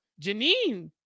Janine